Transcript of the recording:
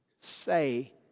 say